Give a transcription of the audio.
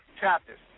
chapters